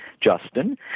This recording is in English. Justin